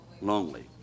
lonely